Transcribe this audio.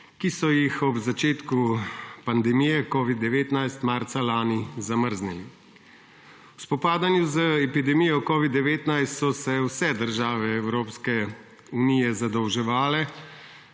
ki so jih ob začetku pandemije covida-19 marca lani zamrznili. V spopadanju z epidemijo covida-19 so se vse države Evropske unije zadolževale,